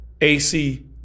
AC